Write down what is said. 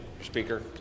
speaker